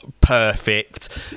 perfect